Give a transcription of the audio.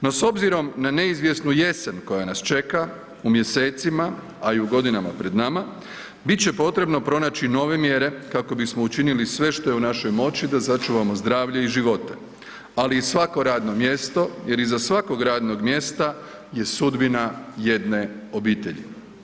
No, s obzirom na neizvjesnu jesen koja nas čeka i mjesecima, a i u godinama pred nama, bit će potrebno pronaći nove mjere kako bismo učinili sve što je u našoj moći da sačuvamo zdravlje i živote, ali i svako radno mjesto jer iza svakog radnog mjesta je sudbina jedne obitelji.